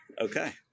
Okay